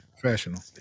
professional